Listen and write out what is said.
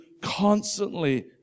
constantly